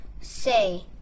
Say